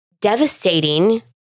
devastating